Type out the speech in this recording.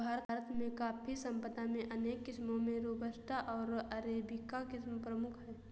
भारत में कॉफ़ी संपदा में अनेक किस्मो में रोबस्टा ओर अरेबिका किस्म प्रमुख है